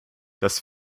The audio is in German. das